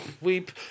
weep